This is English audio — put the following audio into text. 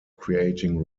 creating